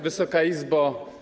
Wysoka Izbo!